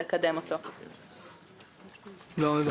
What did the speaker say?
לא הבנתי.